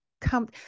come